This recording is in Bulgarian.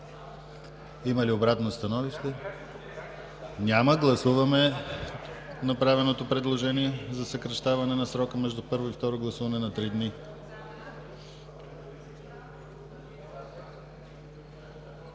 Има ли обратно становище? Няма. Гласуваме направеното предложение за съкращаване на срока на първо гласуване на 3 дни.